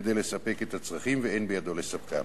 כדי לספק את הצרכים ואין בידו לספקם.